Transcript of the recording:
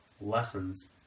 lessons